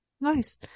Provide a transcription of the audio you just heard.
Nice